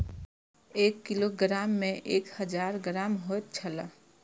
एक किलोग्राम में एक हजार ग्राम होयत छला